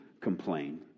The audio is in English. complain